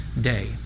day